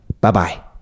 bye-bye